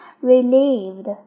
relieved